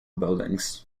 buildings